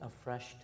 afresh